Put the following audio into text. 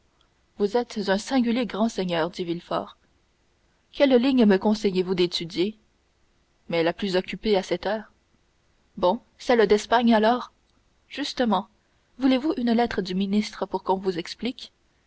vous êtes un singulier grand seigneur dit villefort quelle ligne me conseillez-vous d'étudier mais la plus occupée à cette heure bon celle d'espagne alors justement voulez-vous une lettre du ministre pour qu'on vous explique